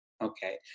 Okay